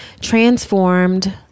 transformed